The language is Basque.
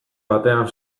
batean